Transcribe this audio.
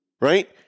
right